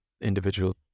individual